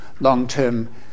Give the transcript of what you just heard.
long-term